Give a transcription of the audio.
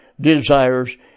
desires